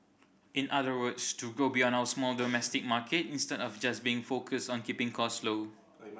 in other words to grow beyond our small domestic market instead of just being focused on keeping cost low